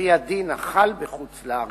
על-פי הדין החל בחוץ-לארץ,